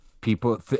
people